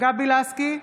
גבי לסקי,